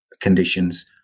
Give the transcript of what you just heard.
conditions